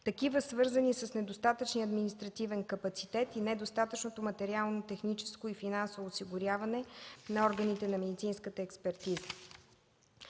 свързани с недостатъчния административен капацитет и недостатъчното материално-техническо и финансово осигуряване на органите на медицинската експертиза.